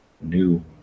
new